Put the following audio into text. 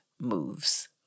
moves